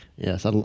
Yes